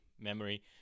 memory